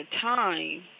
time